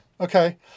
Okay